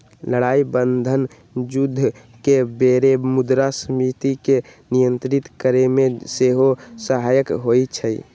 लड़ाइ बन्धन जुद्ध के बेर मुद्रास्फीति के नियंत्रित करेमे सेहो सहायक होइ छइ